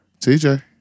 TJ